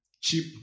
Cheap